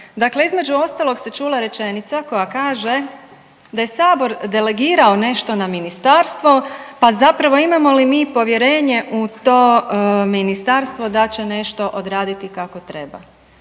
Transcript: Dakle, između ostalog se čula rečenica koja kaže, da je Sabor delegirao nešto na Ministarstvo pa zapravo imamo li mi povjerenje u to Ministarstvo da će nešto odraditi kako treba.